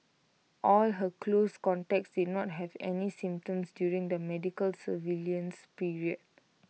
all her close contacts did not have any symptoms during the medical surveillance period